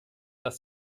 dass